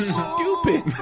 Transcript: stupid